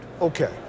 Okay